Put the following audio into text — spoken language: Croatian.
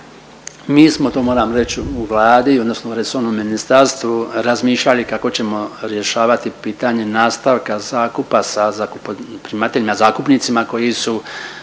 Mi smo, to moram reći u Vladi odnosno resornom ministarstvu razmišljali kako ćemo rješavati pitanje nastavka zakupa sa zaup… primateljima zakupnicima koji su